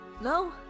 no